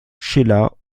schiller